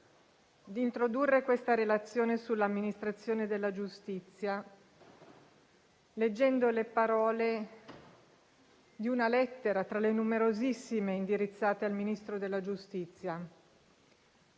di introdurre questa relazione sull'amministrazione della giustizia, richiamando una lettera tra le numerosissime indirizzate al Ministro della giustizia.